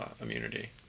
immunity